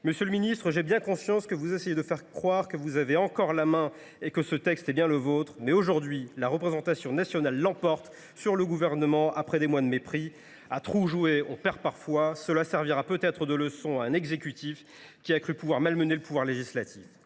Monsieur le ministre, j’ai bien conscience que vous essayez de faire croire que vous avez encore la main et que ce texte est bien le vôtre, mais aujourd’hui la représentation nationale l’emporte sur le Gouvernement, après des mois de mépris. À trop jouer, on perd parfois ! Cela servira peut être de leçon à un exécutif qui a cru pouvoir malmener le pouvoir législatif.